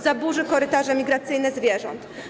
Zaburzy to korytarze migracyjne zwierząt.